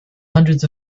hundreds